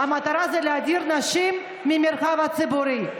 המטרה שלהם היא להדיר נשים מהמרחב הציבורי,